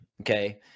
okay